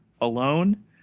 alone